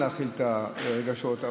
תודה רבה.